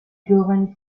giovani